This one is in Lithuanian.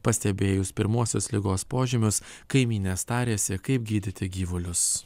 pastebėjus pirmuosius ligos požymius kaimynės tarėsi kaip gydyti gyvulius